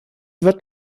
wird